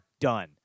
done